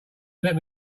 let